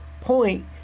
point